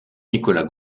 nicolas